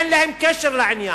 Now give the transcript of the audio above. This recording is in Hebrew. אין להם קשר לעניין.